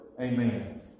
Amen